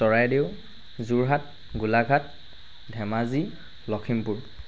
Charaideo Jorhat Golaghat Dhemaji Lakhimpur